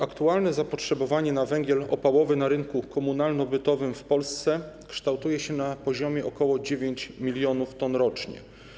Aktualne zapotrzebowanie na węgiel opałowy na rynku komunalno-bytowym w Polsce kształtuje się na poziomie ok. 9 mln t rocznie.